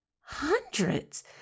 hundreds